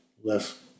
less